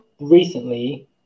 recently